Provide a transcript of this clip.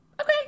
okay